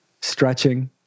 stretching